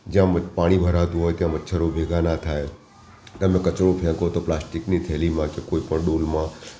જ્યાં પાણી ભરાતું હોય ત્યાં મચ્છરો ભેગા ન થાય તમે કચરો ફેંકો તો પ્લાસ્ટિકની થેલીમાં કે કોઈ પણ ડોલમાં